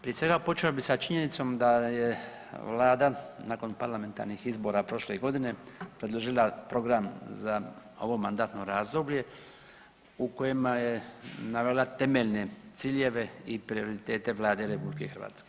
Prije svega, počeo bih sa činjenicom da je Vlada nakon parlamentarnih izbora prošle godine predložila program za ovo mandatno razdoblje u kojima je navela temeljne ciljeve i prioritete Vlade RH.